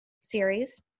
series